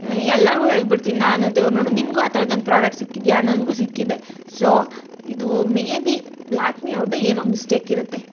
ಎಲ್ಲರಿಗು ಹೇಳ್ಬಿಡ್ತೀನಿ ನಾನಂತು ಇವಾಗ ನೋಡು ನಿನಗು ಆ ಥರದ್ದೊಂದು ಪ್ರೋಡಕ್ಟ್ ಸಿಕ್ಕಿದೆಯಾ ನನಗು ಸಿಕ್ಕಿದೆ ಸೋ ಇದು ಮೇ ಬಿ ಲ್ಯಾಕ್ಮಿಯವ್ರದ್ದೆ ಏನೋ ಮಿಸ್ಟೇಕ್ ಇರುತ್ತೆ